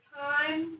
time